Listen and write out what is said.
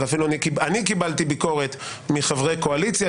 ואפילו אני קיבלתי ביקורת מחברי קואליציה,